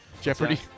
Jeopardy